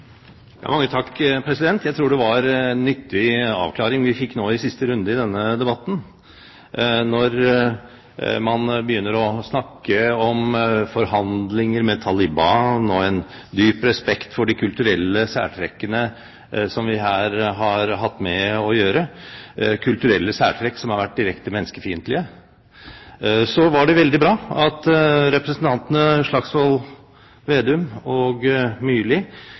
Jeg tror det var en nyttig avklaring vi fikk nå i siste runde i denne debatten. Når man begynner å snakke om forhandlinger med Taliban og om en dyp respekt for de kulturelle særtrekkene som vi her har hatt med å gjøre – kulturelle særtrekk som har vært direkte menneskefiendtlige – så var det veldig bra at representantene Slagsvold Vedum og Myrli